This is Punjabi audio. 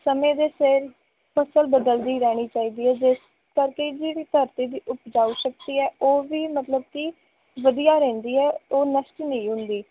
ਸਮੇਂ ਦੇ ਸਿਰ ਫ਼ਸਲ ਬਦਲਦੀ ਰਹਿਣੀ ਚਾਹੀਦੀ ਹੈ ਜਿਸ ਕਰਕੇ ਜਿਹੜੀ ਧਰਤੀ ਦੀ ਉਪਜਾਊ ਸ਼ਕਤੀ ਹੈ ਉਹ ਵੀ ਮਤਲਬ ਕਿ ਵਧੀਆ ਰਹਿੰਦੀ ਹੈ ਉਹ ਨਸ਼ਟ ਨਹੀਂ ਹੁੰਦੀ